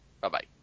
Bye-bye